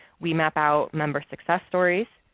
we map out member success stories.